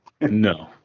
No